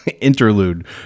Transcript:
interlude